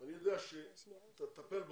אני יודע שאתה תטפל בבעיות,